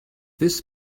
this